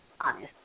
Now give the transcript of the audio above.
honest